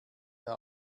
der